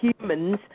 humans